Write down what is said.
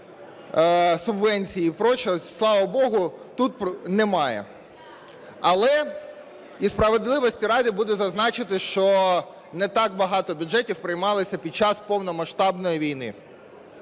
слава богу, тут немає. Але і справедливості ради буду зазначати, що не так багато бюджетів приймалися під час повномасштабної війни.